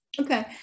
Okay